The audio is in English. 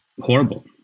horrible